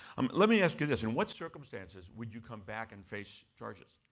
um let me ask you this. in what circumstances would you come back and face charges?